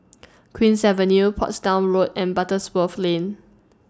Queen's Avenue Portsdown Road and Butterworth Lane